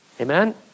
Amen